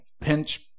pinch